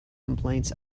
complaints